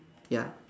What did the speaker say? ya